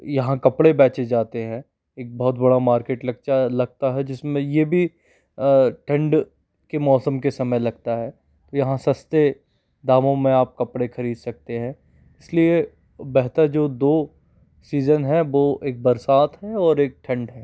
यहाँ कपड़े बेचे जाते हैं एक बहुत बड़ा मार्केट लगचा लगता है जिसमें यह भी ठंड के मौसम के समय लगता है यहाँ सस्ते दामों में आप कपड़े ख़रीद सकते हैं इसलिए बेहतर जो दो सीज़न है वह एक बरसात है और एक ठंड है